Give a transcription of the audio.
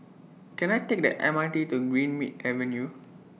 Can I Take The M R T to Greenmead Avenue